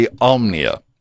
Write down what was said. Omnia